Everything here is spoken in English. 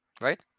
right